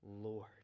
Lord